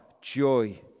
joy